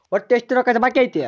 ಒಟ್ಟು ಎಷ್ಟು ರೊಕ್ಕ ಬಾಕಿ ಐತಿ?